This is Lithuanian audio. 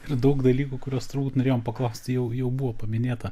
ir daug dalykų kuriuos turbūt norėjom paklausti jau jau buvo paminėta